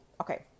Okay